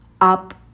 up